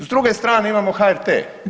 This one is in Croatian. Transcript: S druge strane, imamo HRT.